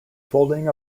folding